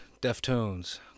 Deftones